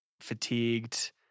fatigued